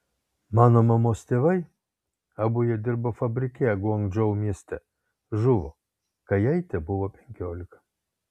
mano mamos tėvai abu jie dirbo fabrike guangdžou mieste žuvo kai jai tebuvo penkiolika